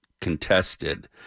contested